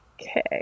Okay